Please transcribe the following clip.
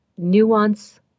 nuance